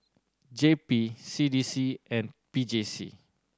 J P C D C and P J C